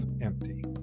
empty